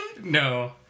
No